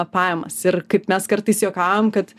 pajamas ir kaip mes kartais juokaujam kad